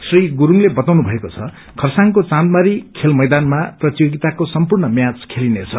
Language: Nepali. श्री गुरूङले बताउनु भएको छ खरसाङको चाँदमारी खेल मैदानमा प्रतियोगिताको सम्पूर्ण म्याव खेलिनेछ